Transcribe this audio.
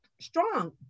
strong